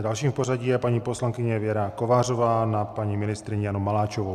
Další v pořadí je paní poslankyně Věra Kovářová na paní ministryni Janu Maláčovou.